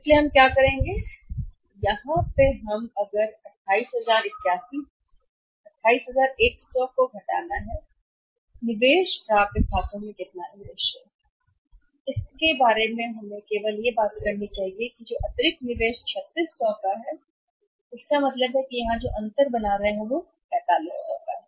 इसलिए हम क्या करेंगे यहाँ हम यह है कि अगर हम 28100 से घटाना है और फिर यह हमारे में घटाना होगा निवेश प्राप्य खातों में कितना निवेश है इसके बारे में हमें केवल बात करनी चाहिए अतिरिक्त निवेश जो 3600 है इसलिए यह 3600 है इसलिए इसका मतलब है कि हम यहां जो अंतर बना रहे हैं 4500 है